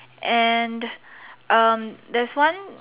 and um there's one